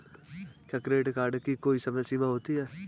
क्या credit card की कोई समय सीमा होती है?